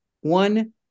one